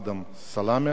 מאדהם סלאמה: